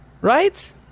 right